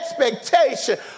expectation